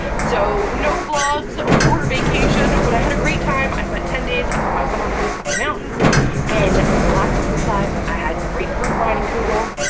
so no vlogs for vacation. but i had a great time i spent ten days up at my summer place up the mountains and i relaxed poolside, i had grapefruit leinenkugel,